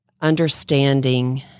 understanding